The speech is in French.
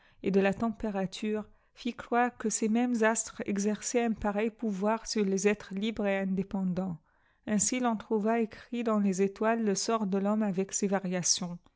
et de la température fit croire que ces mêmes astres exerçaient un pareil pouvoir sur les êtres libres et indépendants ainsi ton trouva écrit dans les étoiles le sort de thomine avec ses variations